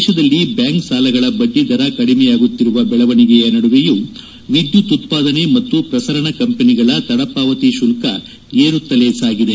ದೇಶದಲ್ಲಿ ಬ್ಲಾಂಕ್ ಸಾಲಗಳ ಬದ್ಡಿದರ ಕಡಿಮೆಯಾಗುತ್ತಿರುವ ಬೆಳವಣಿಗೆಯ ನಡುವೆಯೂ ವಿದ್ಯುತ್ ಉತ್ಪಾದನೆ ಮತ್ತು ಪ್ರಸರಣ ಕಂಪನಿಗಳ ತಡಪಾವತಿ ಶುಲ್ಲ ಏರುತ್ತಲೇ ಸಾಗಿದೆ